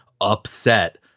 upset